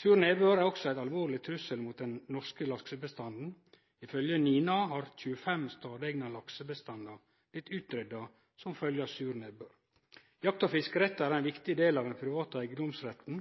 Sur nedbør er også ein alvorleg trussel mot dei norske laksebestandane. Ifølgje NINA, Norsk institutt for naturforsking, har 25 stadeigne laksebestandar blitt utrydda som følgje av sur nedbør. Jakt- og fiskerettar er ein viktig del av den private eigedomsretten.